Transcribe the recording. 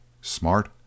Smart